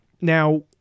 Now